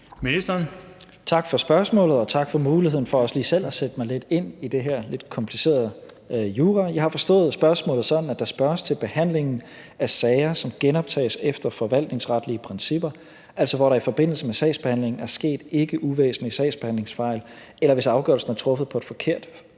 Tak for spørgsmålet, og tak for muligheden for også lige selv at sætte mig lidt ind i den her lidt komplicerede jura. Jeg har forstået spørgsmålet sådan, at der spørges til behandlingen af sager, som genoptages efter forvaltningsretlige principper, altså hvor der i forbindelse med sagsbehandlingen er sket ikkeuvæsentlige sagsbehandlingsfejl, eller hvis afgørelsen er truffet på et forkert